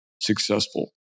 successful